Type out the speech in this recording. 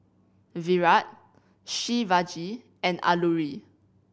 Virat Shivaji and Alluri